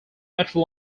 metro